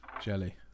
Jelly